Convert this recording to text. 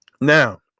Now